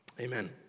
Amen